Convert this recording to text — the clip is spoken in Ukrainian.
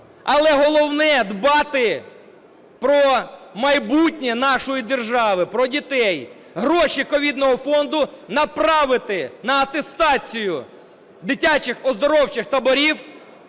але головне – дбати про майбутнє нашої держави, про дітей. Гроші ковідного фонду направити на атестацію дитячих оздоровчих таборів